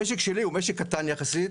המשק שלי הוא משק קטן יחסית.